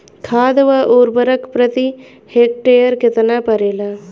खाद व उर्वरक प्रति हेक्टेयर केतना परेला?